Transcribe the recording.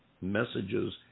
messages